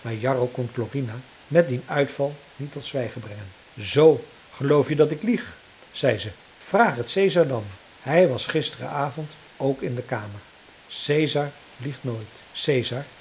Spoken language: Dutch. maar jarro kon klorina met dien uitval niet tot zwijgen brengen zoo geloof je dat ik lieg zei ze vraag het caesar dan hij was gisteren avond ook in de kamer caesar liegt nooit caesar